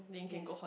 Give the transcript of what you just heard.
yes